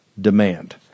demand